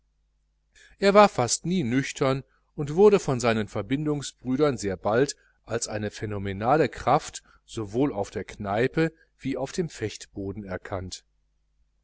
er war fast nie nüchtern und wurde von seinen verbindungsbrüdern sehr bald als eine phänomenale kraft sowohl auf der kneipe wie auf dem fechtboden erkannt